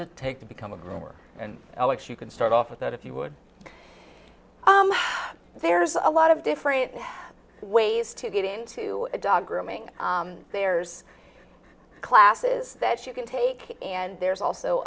it take to become a grower and alex you can start off with that if you would there's a lot of different ways to get into a dog grooming there's classes that you can take and there's also